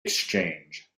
exchange